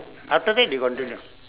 after that they continue